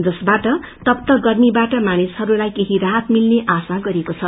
जसबा तप्त गर्मीबाट मानिसहरूलाई केहीराहत मिल्ने आशा गरिएको छ